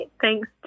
thanks